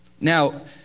Now